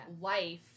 life